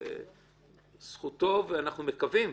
זו זכותו ואנחנו מקווים